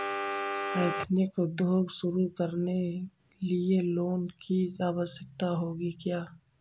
Ethnic उद्योग शुरू करने लिए लोन की आवश्यकता होगी क्या?